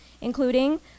including